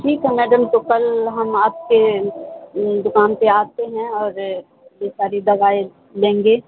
ٹھیک ہے میڈم تو کل ہم آپ کے دکان پہ آتے ہیں اور یہ ساری دوائیں لیں گے